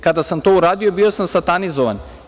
Kada sam to uradio, bio sam satanizovan.